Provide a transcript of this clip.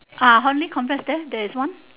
ah harvey complex there there is one